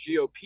GOP